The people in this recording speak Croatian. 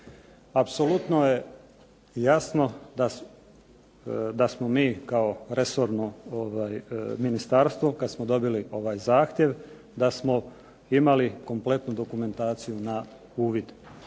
Apsolutno je jasno da smo mi kao resorno ministarstvo, kada smo dobili ovaj zahtjev, da smo imali kompletnu dokumentaciju na uvid.